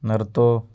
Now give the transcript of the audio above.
നിർത്തൂ